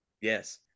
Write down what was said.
yes